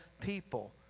people